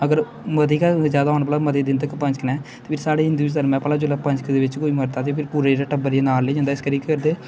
अगर मते गै कुतै जैदा होन भला मते दिन तक पंजक न ते फिर साढ़े हिंदुएं च धरम ऐ भला जिल्लै पंजक दे बिच्च कोई मरदा ते फिर पूरा जेह्ड़ा टब्बर गी नाल लेई जंदा इस करियै केह् करदे